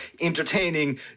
entertaining